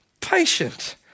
patient